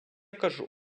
кажу